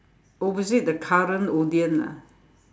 opposite the current Odean lah